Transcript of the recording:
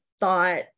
thought